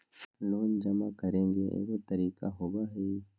Loan जमा करेंगे एगो तारीक होबहई?